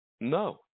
No